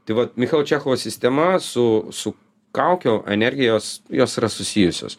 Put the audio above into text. tai vat michalo čechovo sistema su su kaukių energijos jos yra susijusios